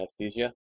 anesthesia